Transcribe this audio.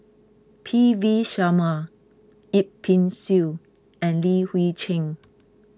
P V Sharma Yip Pin Xiu and Li Hui Cheng